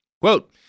Quote